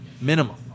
minimum